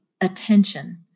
attention